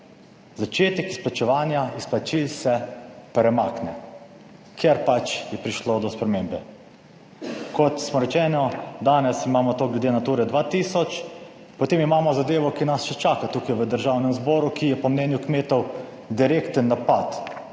začetek izplačevanja izplačil se premakne, ker pač je prišlo do spremembe. Kot rečeno, danes imamo to glede Nature 2000. Potem imamo zadevo, ki nas še čaka tukaj v Državnem zboru, ki je po mnenju kmetov direkten napad